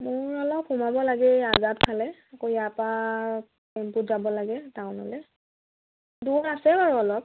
মোৰ অলপ সোমাব লাগে ফালে আকৌ ইয়াপা টেম্পুত যাব লাগে টাউনলে দূৰ আছে বাৰু অলপ